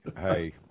Hey